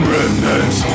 Remnants